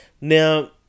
Now